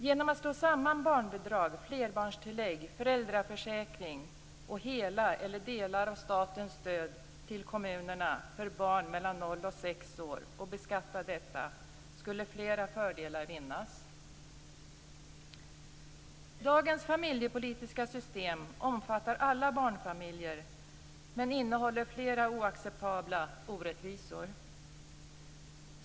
Genom sammanslagning av barnbidrag, flerbarnstillägg, föräldraförsäkring och hela eller delar av statens stöd till kommunerna för barn mellan 0 och 6 år och beskattning av detta skulle flera fördelar vinnas. Dagens familjepolitiska system omfattar alla barnfamiljer men innehåller flera oacceptabla orättvisor.